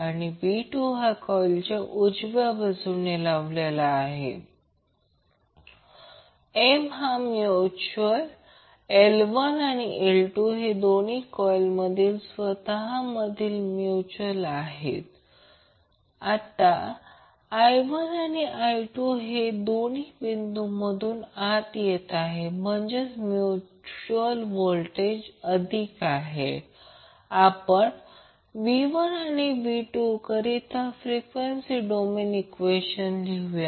म्हणून तेव्हापासून जेव्हा कॅपेसिटर व्होल्टेज जास्तीत जास्त असेल तेव्हा इंडक्टर करंट 0 आहे आणि उलट जेव्हा कॅपेसिटर व्होल्टेज येथे हा पॉईंट 0 असतो तेव्हा हा इंडक्टर करंट मॅक्झिमम असेल किंवा जेव्हा इंडक्टर करंट 0 आहे तेव्हा या पॉईंटवर कॅपेसिटर व्होल्टेज मॅक्झिमम आहे